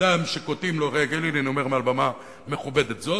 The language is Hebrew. אדם שקוטעים לו רגל, אני אומר מעל במה מכובדת זאת,